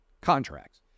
contracts